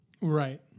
right